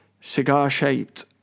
cigar-shaped